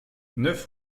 neuf